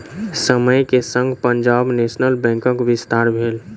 समय के संग पंजाब नेशनल बैंकक विस्तार भेल